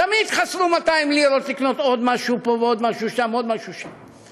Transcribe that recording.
תמיד חסרו 200 לירות לקנות עוד משהו פה ועוד משהו שם ועוד משהו שם.